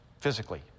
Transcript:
physically